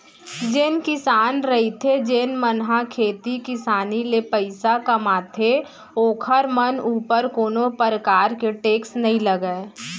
जेन किसान रहिथे जेन मन ह खेती किसानी ले पइसा कमाथे ओखर मन ऊपर कोनो परकार के टेक्स नई लगय